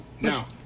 now